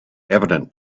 evident